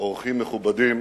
אורחים מכובדים,